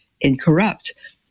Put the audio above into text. incorrupt